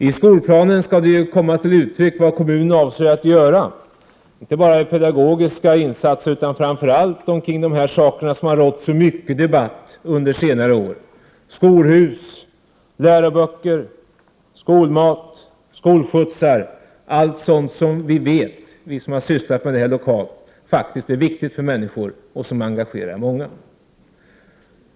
I skolplanen skall det komma till uttryck vad kommunen avser att göra, inte bara när det gäller pedagogiska insatser utan framför allt när det gäller det som det under senare år har diskuterats mycket om — skolhus, läroböcker, skolmat, skolskjutsar och allt sådant som vi, som har arbetat med detta lokalt, vet är viktigt för människorna och som engagerar många.